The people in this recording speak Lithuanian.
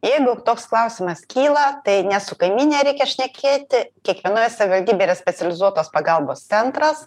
jeigu toks klausimas kyla tai ne su kaimyne reikia šnekėti kiekvienoj savivaldybėj yra specializuotos pagalbos centras